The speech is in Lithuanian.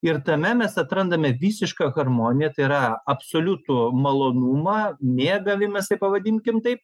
ir tame mes atrandame visišką harmoniją tai yra absoliutų malonumą mėgavimąsi pavadinkim taip